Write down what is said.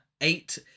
eight